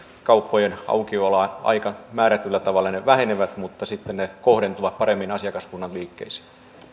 kauppojemme aukioloajat määrätyllä tavalla vähenevät mutta sitten ne kohdentuvat paremmin asiakaskunnan liikkeisiin